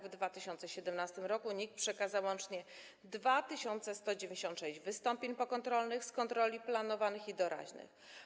W 2017 r. NIK przekazał łącznie 2196 wystąpień pokontrolnych z kontroli planowanych i doraźnych.